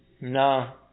No